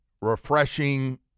refreshing